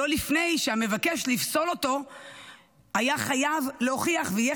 לא לפני שהמבקש לפסול אותו היה חייב להוכיח ויהיה